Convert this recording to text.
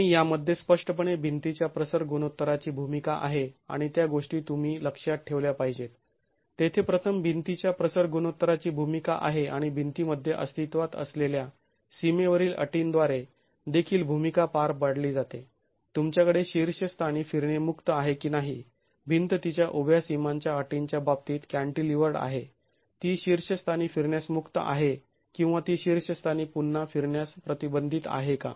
आणि यामध्ये स्पष्टपणे भिंतीच्या प्रसर गुणोत्तराची भूमिका आहे आणि त्या गोष्टी तुम्ही लक्षात ठेवल्या पाहिजेत तेथे प्रथम भिंतीच्या प्रसर गुणोत्तराची भूमिका आहे आणि भिंतीमध्ये अस्तित्वात असलेल्या सीमेवरील अटींद्वारे देखील भूमिका पार पाडली जाते तुमच्याकडे शीर्षस्थानी फिरणे मुक्त आहे की नाही भिंत तिच्या उभ्या सीमांच्या अटींच्या बाबतीत कॅंटीलिव्हर्ड आहे ती शीर्षस्थानी फिरण्यास मुक्त आहे किंवा ती शीर्षस्थानी पुन्हा फिरण्यास प्रतिबंधित आहे का